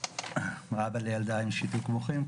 אבא לילדה עם שיתוק מוחין,